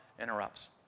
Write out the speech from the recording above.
interrupts